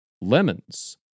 Lemons